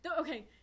Okay